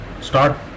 Start